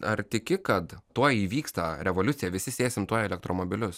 ar tiki kad tuoj įvyks ta revoliucija visi sėsim tuoj į elektromobilius